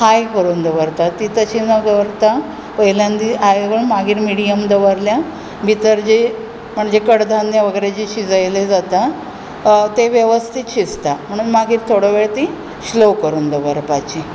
हाय करून दवरतां ती तशीं न दवरता पयल्यांदा हाय करून मागीर मिडयम दवरल्यार भितर जी म्हणजे कडध्यान वैगेर जे शिजयले जाता तें वेवस्तीत शिजतात म्हणून मागीर थोडो वेळ ती स्लो करून दवरपाची